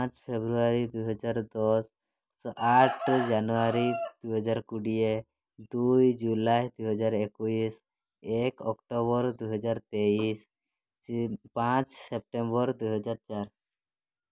ପାଞ୍ଚ ଫେବୃୟାରୀ ଦୁଇହଜାର ଦଶ ଆଠ ଜାନୁୟାରୀ ଦୁଇହଜାର କୋଡ଼ିଏ ଦୁଇ ଜୁଲାଇ ଦୁଇହଜାର ଏକୋଇଶ ଏକ ଅକ୍ଟୋବର ଦୁଇହଜାର ତେଇଶ ପାଞ୍ଚ ସେପ୍ଟେମ୍ବର ଦୁଇହଜାର ଚାରି